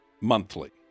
Monthly